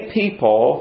people